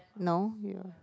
no